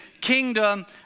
kingdom